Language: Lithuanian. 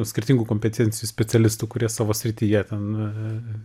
skirtingų kompetencijų specialistų kurie savo srityje ten